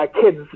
kid's